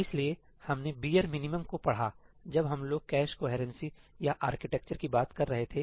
इसलिए हमने bare minimum को पढा है जब हम लोग कैश कोहेरेंसी या आर्किटेक्चर की बात कर रहे थे